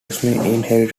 inherited